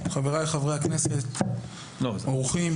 חבריי חברי הכנסת והאורחים.